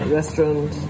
restaurant